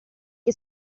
che